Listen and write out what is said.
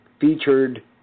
featured